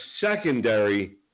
secondary